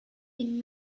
been